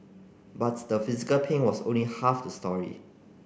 but the physical pain was only half the story